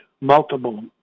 multiple